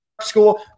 school